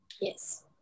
Yes